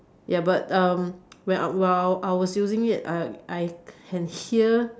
ya but um when I while I was using it uh I can hear